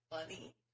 funny